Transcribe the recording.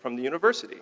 from the university.